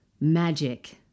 magic